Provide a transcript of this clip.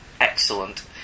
excellent